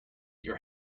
your